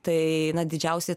tai didžiausi